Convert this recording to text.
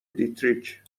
دیتریک